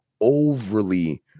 overly